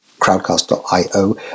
crowdcast.io